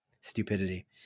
stupidity